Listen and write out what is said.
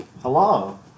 Hello